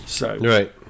Right